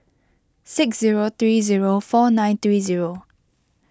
six zero three zero four nine three zero